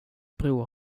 bror